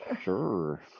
Sure